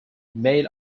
made